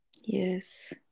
yes